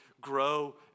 grow